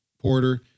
porter